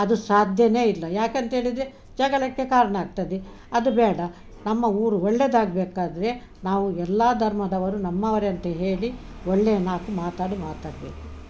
ಅದು ಸಾಧ್ಯನೇ ಇಲ್ಲ ಯಾಕಂತೇಳಿದರೆ ಜಗಳಕ್ಕೆ ಕಾರಣ ಆಗ್ತದೆ ಅದು ಬೇಡ ನಮ್ಮ ಊರು ಒಳ್ಳೆದಾಗ್ಬೇಕಾದರೆ ನಾವು ಎಲ್ಲಾ ಧರ್ಮದವರು ನಮ್ಮವರೇ ಅಂತ ಹೇಳಿ ಒಳ್ಳೆಯ ನಾಲ್ಕು ಮಾತಾಡಿ ಮಾತಾಡಬೇಕು